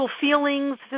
feelings